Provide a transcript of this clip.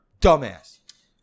dumbass